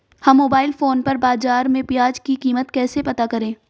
हम mobile phone पर बाज़ार में प्याज़ की कीमत कैसे पता करें?